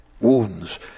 wounds